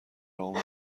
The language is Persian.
عمرت